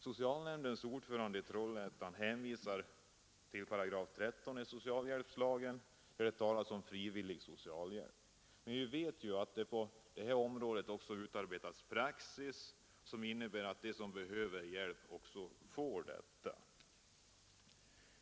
Socialnämndens ordförande i Trollhättan hänvisar till 13 § socialhjälpslagen, där det talas om frivillig socialhjälp, men vi vet ju att det på det här området utarbetats en praxis som innebär att den som behöver hjälp också får den.